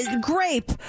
Grape